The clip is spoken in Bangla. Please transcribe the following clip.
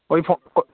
ঐ ফো